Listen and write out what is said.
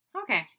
Okay